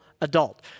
adult